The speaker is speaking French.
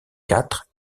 quatre